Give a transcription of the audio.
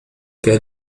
quer